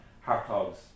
Hartog's